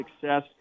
success